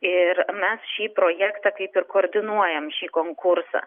ir mes šį projektą kaip ir koordinuojam šį konkursą